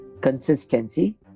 consistency